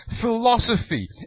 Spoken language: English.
philosophy